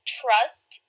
trust